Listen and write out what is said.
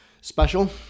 special